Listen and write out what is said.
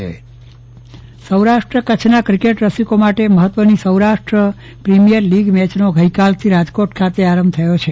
Chandravadan Pattani premier league Saurashtra કચ્છના cricket રસિકો માટે મહત્વની સૌરાષ્ટ્ર પ્રિમિયર લીગ મેચનો ગઈકાલથી રાજકોટ ખાતે આરંભ થયો છે